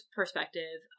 perspective